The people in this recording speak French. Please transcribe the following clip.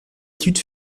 études